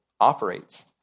operates